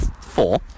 Four